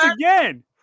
again